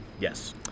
Yes